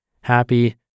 Happy